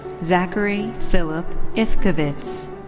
zachary philip ifkovits.